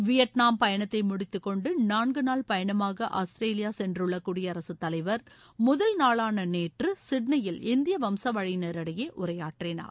Vietnam பயணத்தை முடித்துக் கொண்டு நான்கு நாள் பயணமாக ஆஸ்திரேலியா சென்றுள்ள குடியரசுத் தலைவர் முதல் நாளான நேற்று சிட்னியில் இந்தியா வம்சாவழியினரிடையே உரையாற்றினார்